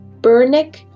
Burnick